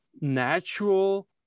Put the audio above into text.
natural